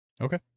Okay